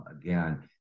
again